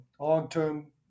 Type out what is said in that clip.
long-term